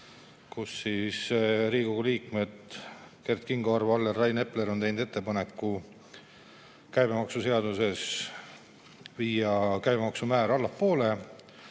juures. Riigikogu liikmed Kert Kingo, Arvo Aller ja Rain Epler on teinud ettepaneku käibemaksuseaduses viia käibemaksumäär allapoole,